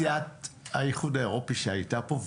נשיאות האיחוד האירופי שהייתה פה,